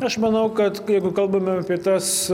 aš manau kad jeigu kalbame apie tas